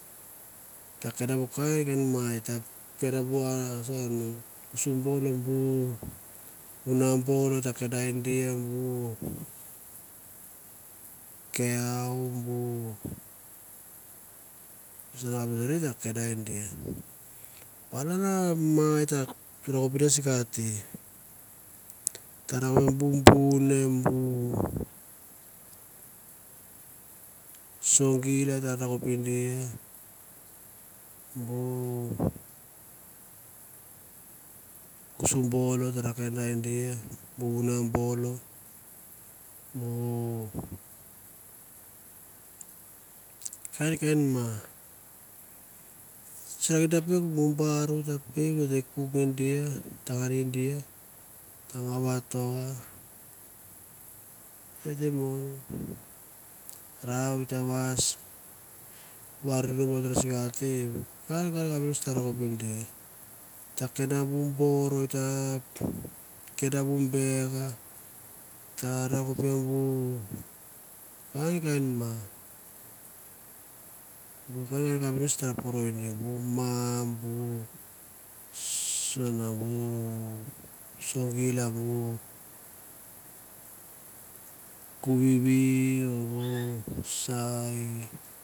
Ita kenda bu kaen kain mai et ta kenda ba sabo ma bu vunbon et ta kenda gia bu keau bu sana an et ta kenda gi sekati tara rakape bu buna ba sogie et ta rakpe gia subon et ta kenda gia bu kaen kain ma et te kuk nge dia et te ngau vato ra ita vaes sekati kain kaen ma et ta rakape sikati. eta kenda bu ber eta kenda bu beka ba kavn kain ma. ba kain kain ma et ta poro bu kain kam abus et ta poro malan bu sana bu sugil mma bu kuvivi.